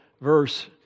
verse